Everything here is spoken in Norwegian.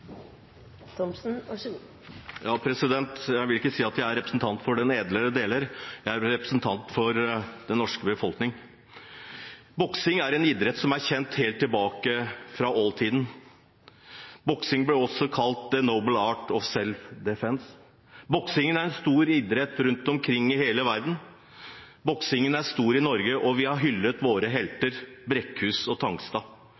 representant for «de edlere deler». Jeg er representant for den norske befolkning. Boksing er en idrett som stammer helt tilbake fra oldtiden. Boksing ble også kalt «the noble art of self-defense». Boksing er en stor idrett rundt omkring i hele verden. Boksing er stort i Norge, og vi har hyllet våre